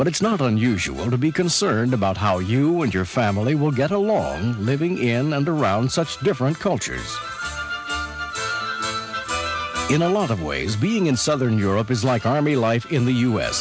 but it's not unusual to be concerned about how you and your family will get along living in and around such different cultures in a lot of ways being in southern europe is like army life in the u